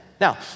Now